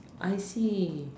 I see